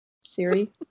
Siri